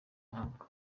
muhango